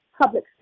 public